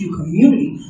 community